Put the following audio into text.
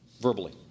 verbally